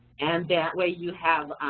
and that way you have,